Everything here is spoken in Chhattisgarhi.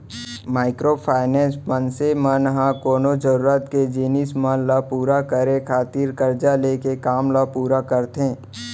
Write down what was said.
माइक्रो फायनेंस, मनसे मन ह कोनो जरुरत के जिनिस मन ल पुरा करे खातिर करजा लेके काम ल पुरा करथे